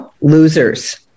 losers